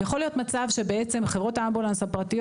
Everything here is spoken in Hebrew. יכול להיות מצב שבעצם חברות האמבולנס הפרטיות